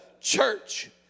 church